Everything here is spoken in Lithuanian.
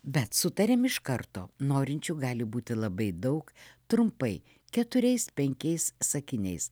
bet sutariam iš karto norinčių gali būti labai daug trumpai keturiais penkiais sakiniais